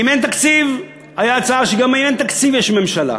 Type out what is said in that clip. הייתה הצעה שגם אם אין תקציב יש ממשלה,